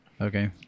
Okay